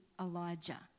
Elijah